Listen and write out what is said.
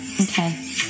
Okay